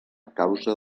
causa